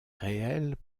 réelles